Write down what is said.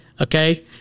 Okay